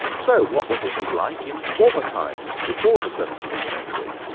so what were things like in former times, before the seventeenth century?